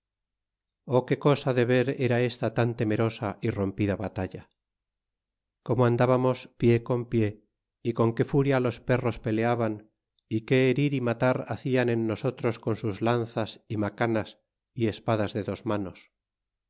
juntamente qué cosa de ver era esta tan temerosa y rompida batalla cómo andábamos pie con pie y con qué furia los perros peleaban y qué herir y matar hacian en nosotros con sus lanzas y macanas y espadas de dos manos